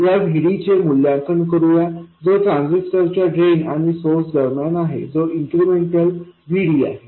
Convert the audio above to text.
याVDचे मूल्यांकन करूया जो ट्रान्झिस्टर च्या ड्रेन आणि सोर्स दरम्यान आहे जो इन्क्रिमेंटल VDआहे